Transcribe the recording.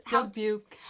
Dubuque